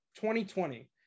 2020